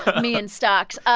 me and stocks ah